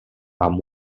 amb